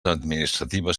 administratives